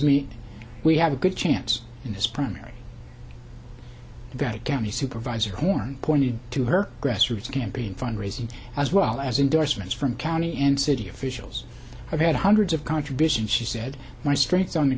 me we have a good chance in this primary county supervisor horn pointed to her grassroots campaign fundraising as well as endorsements from county and city officials have had hundreds of contributions she said streets on the